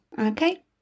Okay